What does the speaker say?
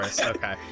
okay